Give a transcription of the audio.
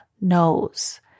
knows